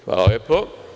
Hvala lepo.